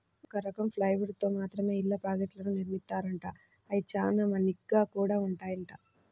ఒక రకం ప్లైవుడ్ తో మాత్రమే ఇళ్ళ ప్రాజెక్టులను నిర్మిత్తారంట, అయ్యి చానా మన్నిగ్గా గూడా ఉంటాయంట